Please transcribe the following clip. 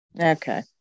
Okay